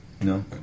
No